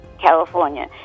California